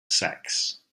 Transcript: sacks